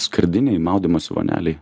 skardinėj maudymosi vonelėj